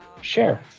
share